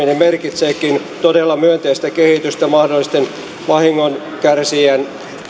korottaminen merkitseekin todella myönteistä kehitystä mahdollisen vahingon kärsijän